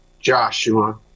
Joshua